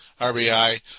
RBI